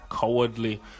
cowardly